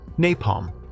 napalm